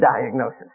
diagnosis